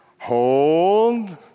hold